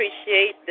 appreciate